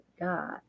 God